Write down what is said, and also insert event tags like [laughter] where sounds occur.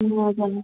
[unintelligible]